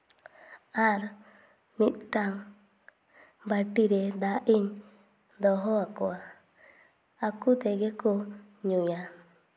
ᱟᱨ ᱢᱤᱫᱴᱟᱝ ᱵᱟᱹᱴᱤᱨᱮ ᱫᱟᱜ ᱤᱧ ᱫᱚᱦᱚ ᱟᱠᱚᱣᱟ ᱟᱠᱚ ᱛᱮᱜᱮ ᱠᱚ ᱧᱩᱭᱟ